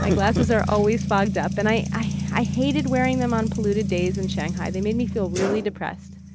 and glasses are always fogged up. and i i hated wearing them on polluted days in shanghai. they made me feel really depressed.